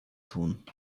tun